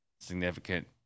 significant